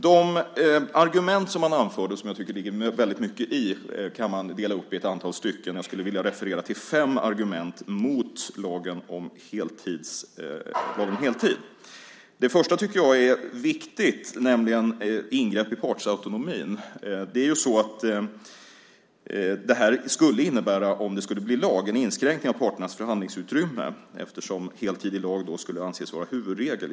De argument som man anförde, och som jag tycker att det ligger väldigt mycket i, kan man dela upp i ett antal stycken. Jag skulle vilja referera till fem argument mot lagen om heltid. Det första tycker jag är viktigt, nämligen ingrepp i partsautonomin. Om det här skulle bli lag skulle det innebära en inskränkning av parternas förhandlingsutrymmen eftersom heltid i lag då skulle anses vara huvudregel.